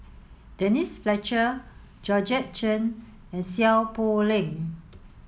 Denise Fletcher Georgette Chen and Seow Poh Leng